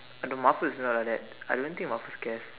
the Mafus is not like that I don't think Marfus cares